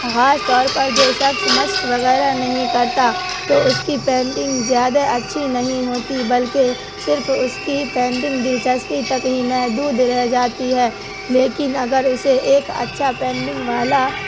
خاص طور پر جو شخص مشق وغیرہ نہیں کرتا تو اس کی پینٹنگ زیادہ اچھی نہیں ہوتی بلکہ صرف اس کی پینٹنگ دلچسپی تک ہی محدود رہ جاتی ہے لیکن اگر اسے ایک اچھا پینٹنگ والا